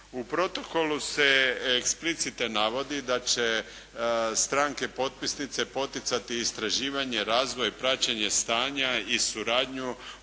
U protokolu se eksplicite navodi da će stranke potpisnice poticati istraživanje, razvoj, praćenje stanja i suradnju